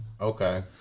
Okay